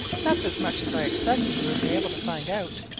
that's as much as i expected you would be able to find out.